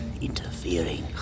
interfering